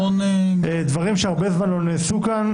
אלה דברים שזמן רב לא נעשו כאן,